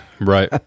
Right